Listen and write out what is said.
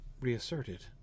reasserted